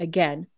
Again